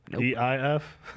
E-I-F